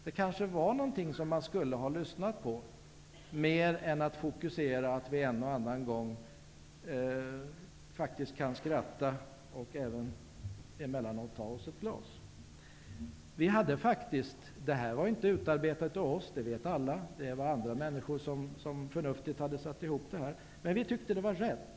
Det kanske var någonting som man borde ha lyssnat på mer än att fokusera på att vi en och annan gång faktiskt kan skratta och även emellanåt ta oss ett glas. Det vi sade då var inte utarbetat av oss, det vet alla. Det var andra människor som förnuftigt hade satt ihop det. Men vi tyckte att det var rätt.